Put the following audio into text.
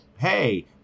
Hey